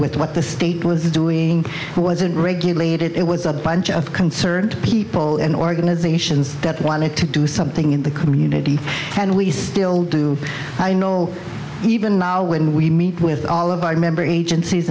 with what the state was doing it wasn't regulated it was a bunch of concerned people and organizations that wanted to do something in the community and we still do i know even now when we meet with all of our member agencies